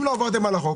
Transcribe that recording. אם לא עברתם על החוק,